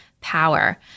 power